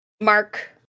Mark